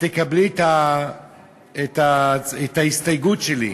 תקבלי את ההסתייגות שלי.